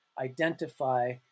identify